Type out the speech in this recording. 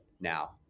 now